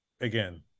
again